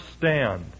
stand